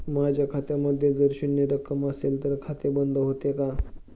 माझ्या खात्यामध्ये जर शून्य रक्कम असेल तर खाते बंद होते का?